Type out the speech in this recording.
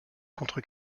contre